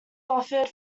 offered